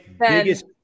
biggest